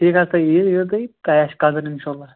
ٹھیٖک حظ تُہۍ یِیِو یِیِو تُہۍ تۄہہِ آسہِ قدٕر اِنشاء اللہ